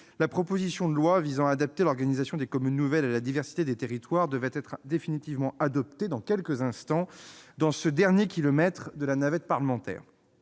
la proposition de loi visant à adapter l'organisation des communes nouvelles à la diversité des territoires devrait être définitivement adoptée dans quelques instants, dans ce « dernier kilomètre » de la navette parlementaire.